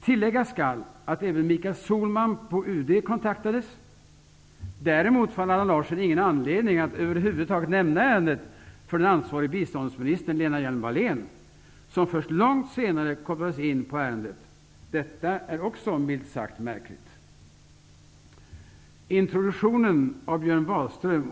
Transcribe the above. Tilläggas skall att även Michael Sohlman på UD kontaktades. Däremot fann Allan Larsson ingen anledning att över huvud taget nämna ärendet för den ansvarige biståndsministern Lena Hjelm-Wallén, som först långt senare kopplades in på ärendet. Detta är milt sagt märkligt.